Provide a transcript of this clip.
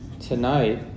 tonight